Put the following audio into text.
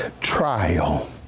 trial